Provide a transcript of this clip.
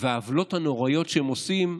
והעוולות הנוראיות שהם עושים,